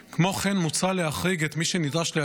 כמו כן מוצע להחריג את מי שנדרש להגיע